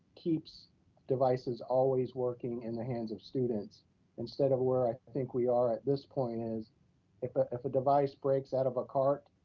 keeps devices always working in the hands of students instead of where i think we are at this point is if ah if a device breaks out of a cart,